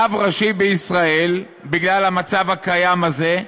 רב ראשי בישראל, בגלל המצב הקיים הזה,